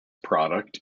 product